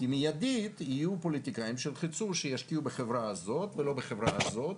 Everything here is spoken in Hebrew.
כי מידית יהיו פוליטיקאים שילחצו שישקיעו בחברה הזאת ולא בחברה הזו,